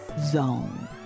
Zone